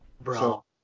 bro